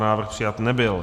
Návrh přijat nebyl.